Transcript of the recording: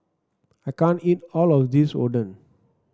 I can't eat all of this Oden